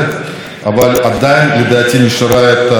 כי גם האנרגיות המתחדשות וגם תחנות הכוח,